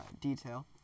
detail